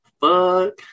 fuck